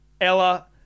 Ella